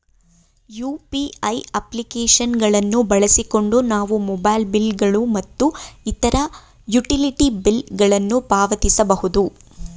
UPI application ಗಳನ್ನು ಬಳಸಿಕೊಂಡು ನಾವು ಮೊಬೈಲ್ ಬಿಲ್ ಗಳು ಮತ್ತು ಇತರ ಯುಟಿಲಿಟಿ ಬಿಲ್ ಗಳನ್ನು ಪಾವತಿಸಬಹುದು